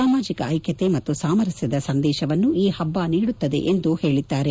ಸಾಮಾಜಿಕ ಐಕ್ಟತೆ ಮತ್ತು ಸಾಮರಸ್ಕದ ಸಂದೇಶವನ್ನೂ ಈ ಹಬ್ಬ ನೀಡುತ್ತದೆ ಎಂದು ಹೇಳಿದ್ದಾರೆ